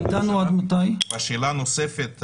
ושאלה נוספת,